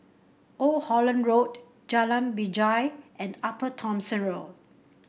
Old Holland Road Jalan Binjai and Upper Thomson Road